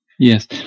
Yes